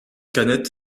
canet